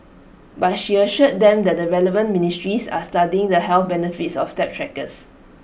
but she assured them that the relevant ministries are studying the health benefits of step trackers